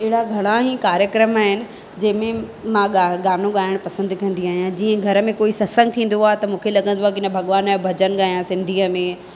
अहिड़ा घणा ई कार्यक्रम आहिनि जंहिंमें मां गानो ॻाइणु पसंदि कंदी आहियां जीअं घर में कोई सत्संगु थींदो आहे त मूंखे लॻंदो आहे की न भॻवान जो भॼनु ॻायां सिंधीअ में